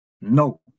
No